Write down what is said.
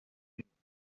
lenguas